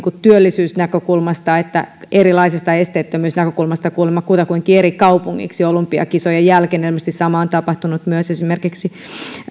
työllisyysnäkökulmasta että erilaisista esteettömyysnäkökulmista kuulemma kutakuinkin eri kaupungiksi olympiakisojen jälkeen ilmeisesti sama on tapahtunut esimerkiksi